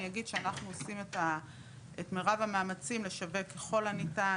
אני אגיד שאנחנו עושים את מירב המאמצים לשווק ככל הניתן,